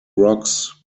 rocks